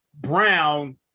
Brown